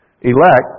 Elect